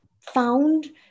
found